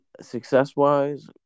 success-wise